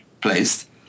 placed